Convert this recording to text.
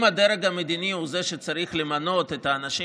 אם הדרג המדיני הוא זה שצריך למנות את האנשים